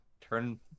turn